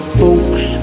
folks